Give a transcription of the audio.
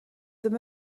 ddim